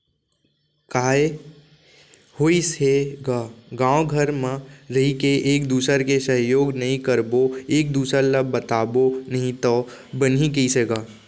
काय होइस हे गा गाँव घर म रहिके एक दूसर के सहयोग नइ करबो एक दूसर ल बताबो नही तव बनही कइसे गा